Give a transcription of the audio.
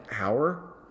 hour